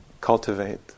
cultivate